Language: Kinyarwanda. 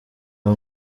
nko